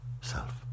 self